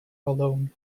alone